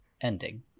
ending